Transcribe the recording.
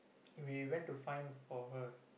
we went to find for her